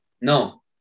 No